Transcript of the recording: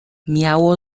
miało